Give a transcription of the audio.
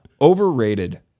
Overrated